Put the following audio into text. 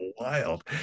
wild